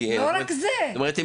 זאת אומרת,